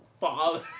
father